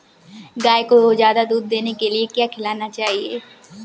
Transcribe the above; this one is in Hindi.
गाय को ज्यादा दूध देने के लिए क्या खिलाना चाहिए?